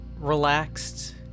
relaxed